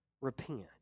repent